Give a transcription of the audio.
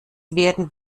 werden